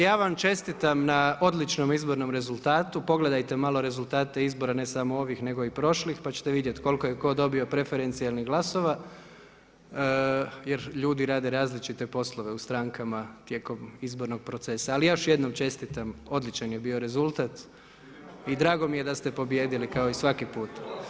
Ja vam čestitam na odličnom izbornom rezultatu, pogledajte malo rezultate izbora, ne samo ovih nego i prošlih pa ćete vidjeti koliko je tko dobio preferencijalnih glasova jer ljudi rade različite poslove u strankama tijekom izbornog procesa, ali još jednom čestitam, odličan je bio rezultat i drago mi je da ste pobijedili kao i svaki put.